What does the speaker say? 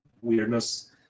weirdness